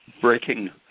breaking